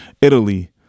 Italy